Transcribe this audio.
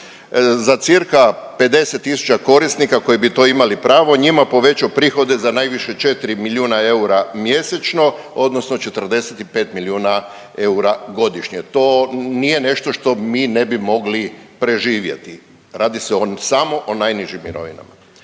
za cca 50 tisuća korisnika koji bi to imali pravo njima povećao prihode za najviše 4 milijuna eura mjesečno odnosno 45 milijuna eura godišnje. To nije nešto što mi ne bi mogli preživjeti. Radi se samo o najnižim mirovinama.